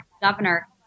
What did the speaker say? governor